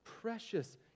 precious